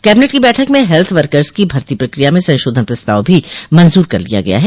cabinet की बैठक में हेल्थ वर्कर्स की भर्ती प्रक्रिया में संशोधन प्रस्ताव भी मंजूर कर लिया गया है